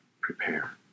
prepare